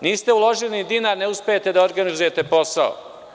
Niste uložili ni dinar, ne uspevate da organizujete posao.